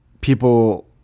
people